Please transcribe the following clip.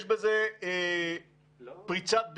יש בזה פריצת דרך.